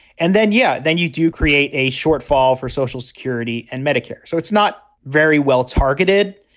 and then, yeah, then you do create a shortfall for social security and medicare. so it's not very well targeted.